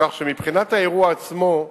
כך, מבחינת האירוע עצמו,